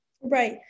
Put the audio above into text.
Right